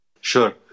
Sure